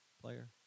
player